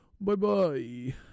Bye-bye